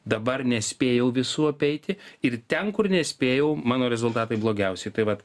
dabar nespėjau visų apeiti ir ten kur nespėjau mano rezultatai blogiausi tai vat